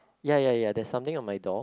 ya ya ya there's something on my door